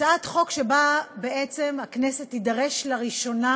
הצעת חוק שבה בעצם הכנסת תידרש לראשונה